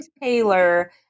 Taylor